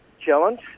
challenge